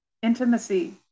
intimacy